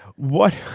what